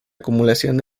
acumulación